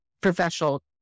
professional